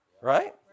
Right